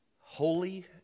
holy